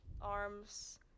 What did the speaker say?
arms